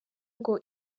ngo